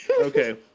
Okay